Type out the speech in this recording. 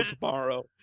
tomorrow